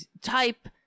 type